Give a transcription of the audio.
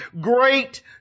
great